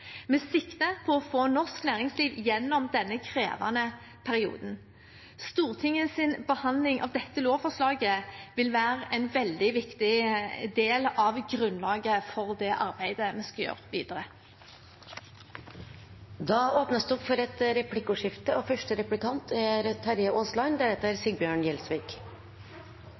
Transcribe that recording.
på å få norsk næringsliv igjennom denne krevende perioden. Stortingets behandling av dette lovforslaget vil være en veldig viktig del av grunnlaget for det arbeidet vi skal gjøre videre. Det blir replikkordskifte. Dette er først og